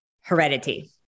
heredity